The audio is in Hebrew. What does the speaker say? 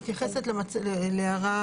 מתייחסת להערה